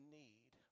need